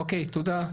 אוקיי, תודה.